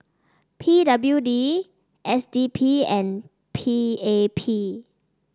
P W D S D P and P A P